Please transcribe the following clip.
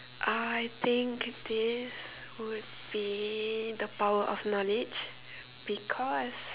I think this would be the power of knowledge because